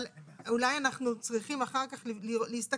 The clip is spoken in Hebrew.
אבל אולי אנחנו צריכים אחר כך להסתכל.